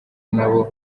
n’abo